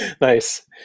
Nice